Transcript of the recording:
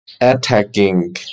attacking